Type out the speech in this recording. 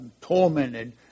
tormented